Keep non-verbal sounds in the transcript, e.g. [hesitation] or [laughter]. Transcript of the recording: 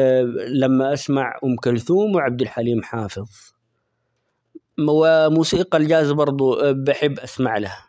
[hesitation] لما اسمع أم كلثوم ،وعبد الحليم حافظ ، و [hesitation] موسيقى الجاز برضه بحب اسمع لها.